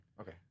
Okay